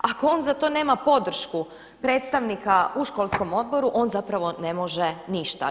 Ako on za to nema podršku predstavnika u školskom odboru on zapravo ne može ništa.